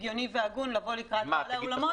לנו נשמע הגיוני מאוד והגון לבוא לקראת בעלי האולמות.